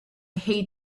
hate